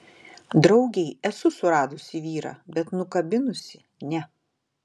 draugei esu suradusi vyrą bet nukabinusi ne